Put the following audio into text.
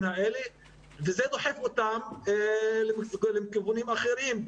האלה וזה דוחף אותם לכיוונים אחרים.